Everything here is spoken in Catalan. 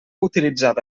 utilitzada